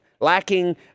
lacking